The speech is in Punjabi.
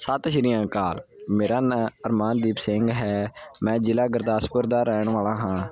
ਸਤਿ ਸ਼੍ਰੀ ਅਕਾਲ ਮੇਰਾ ਨਾਂ ਅਰਮਾਨਦੀਪ ਸਿੰਘ ਹੈ ਮੈਂ ਜ਼ਿਲ੍ਹਾ ਗੁਰਦਾਸਪੁਰ ਦਾ ਰਹਿਣ ਵਾਲਾ ਹਾਂ